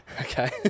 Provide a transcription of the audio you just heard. Okay